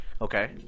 okay